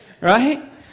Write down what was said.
right